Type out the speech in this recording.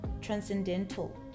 transcendental